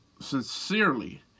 sincerely